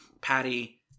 Patty